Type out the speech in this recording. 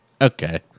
Okay